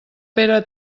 pere